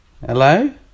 hello